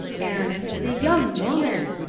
and the young woman!